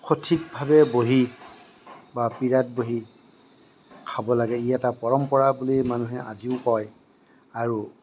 সঠিকভাৱে বহি বা পীৰাত বহি খাব লাগে ই এটা পৰম্পৰা বুলি মানুহে আজিও কয় আৰু